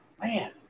man